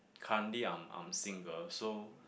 currently I'm I'm single so